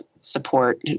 support